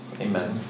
Amen